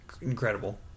Incredible